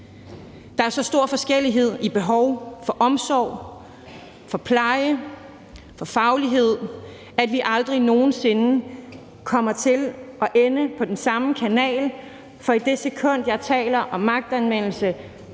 Der er så stor forskellighed i behov for omsorg, for pleje, for faglighed, at vi aldrig nogen sinde kommer til at ende på den samme kanal, for i det sekund, jeg taler om magtanvendelse